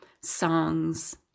Songs